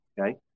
Okay